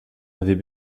avaient